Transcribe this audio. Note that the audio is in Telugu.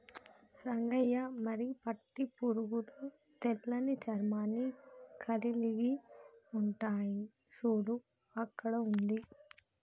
రంగయ్య మరి పట్టు పురుగులు తెల్లని చర్మాన్ని కలిలిగి ఉంటాయి సూడు అక్కడ ఉంది